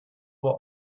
will